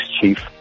chief